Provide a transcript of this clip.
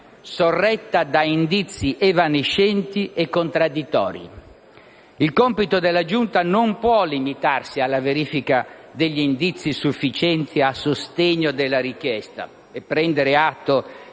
sorretta da indizi evanescenti e contraddittori. Il compito della Giunta non può limitarsi alla verifica degli indizi sufficienti a sostegno della richiesta e prendere atto